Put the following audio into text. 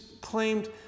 claimed